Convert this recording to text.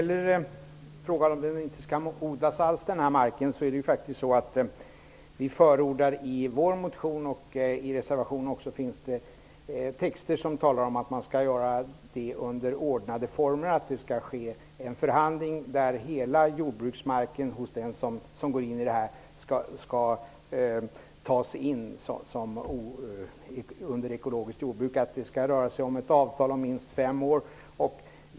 Herr talman! Vi förordar i vår motion, och i reservationen finns det också texter som innebär det, att en förhandling skall ske och avtal upprättas om att all jordbruksmark skall tas i anspråk för ekologiskt jordbruk och pågå under minst fem år.